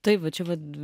taip va čia vat